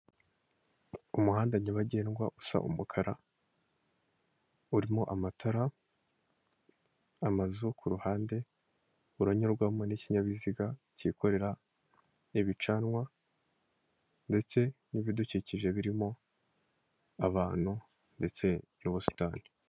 Umuhanda nyabagendwa usa umukara urimo amatara amazu kuruhande uranyurwamo n'ikinyabiziga cyikorera ibicanwa ndetse n'ibidukikije birimo abantu ndetse n'ubusitani.